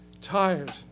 tired